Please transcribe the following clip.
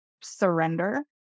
surrender